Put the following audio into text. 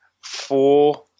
Four